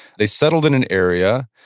they settled in an area,